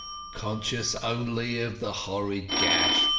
conscious only of the horrid gash,